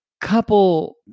couple